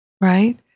right